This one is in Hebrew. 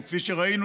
וכפי שראינו,